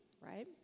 right